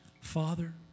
Father